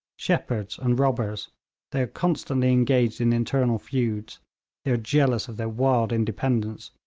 shepherds, and robbers they are constantly engaged in internal feuds they are jealous of their wild independence,